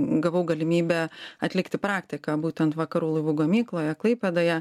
gavau galimybę atlikti praktiką būtent vakarų laivų gamykloje klaipėdoje